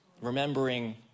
remembering